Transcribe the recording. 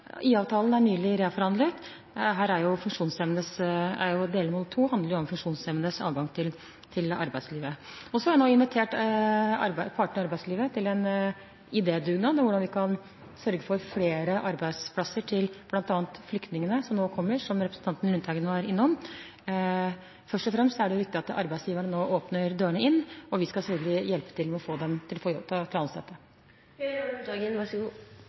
er nylig reforhandlet, hvor delmål nr. 2 handler om funksjonshemmedes adgang til arbeidslivet. Vi har nå invitert partene i arbeidslivet til en idédugnad om hvordan vi kan sørge for flere arbeidsplasser til bl.a. flyktningene som nå kommer, som representanten Lundteigen var innom. Først og fremst er det viktig nå at arbeidsgiverne åpner dørene inn, og vi skal selvfølgelig hjelpe til med å ansette. Statsråden avviser at en tar lett på det, men en ønsker ikke å